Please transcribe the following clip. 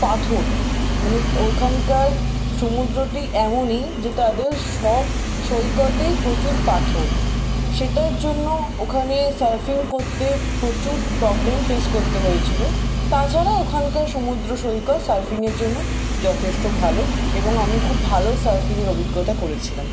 পাথর মানে ওখানকার সমুদ্রটি এমনই যে তাদের সব সৈকতেই প্রচুর পাথর সেটার জন্য ওখানে সার্ফিং করতে প্রচুর প্রবলেম ফেস করতে হয়েছিলো তাছাড়া ওখানকার সমুদ্র সৈকত সার্ফিংয়ের জন্য যথেষ্ট ভালো এবং আমি খুব ভালো সার্ফিংয়ের অভিজ্ঞতা করেছিলাম